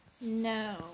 No